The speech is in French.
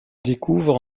découvre